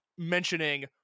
mentioning